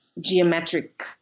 geometric